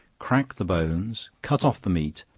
crack the bones, cut off the meat,